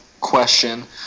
question